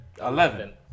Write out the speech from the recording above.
Eleven